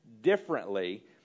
differently